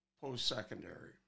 post-secondary